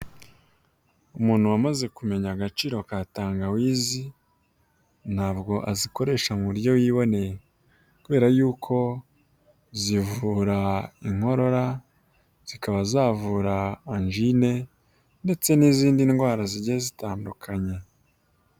Umuntu wamaze kumenya agaciro ka tangawizi, ntabwo azikoresha mu buryo yiboneye. Kubera yuko zivura inkorora, zikaba zavura anjine, ndetse n'izindi ndwara zigiye zitandukanye.